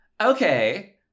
Okay